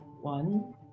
one